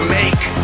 make